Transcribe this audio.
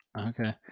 okay